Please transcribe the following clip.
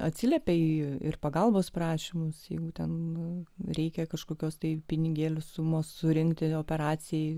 atsiliepia į jų ir pagalbos prašymus jeigu ten reikia kažkokios tai pinigėlių sumos surinkti operacijai